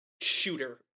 shooter